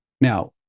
Now